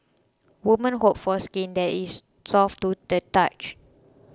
women hope for skin that is soft to the touch